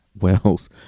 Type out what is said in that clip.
Wells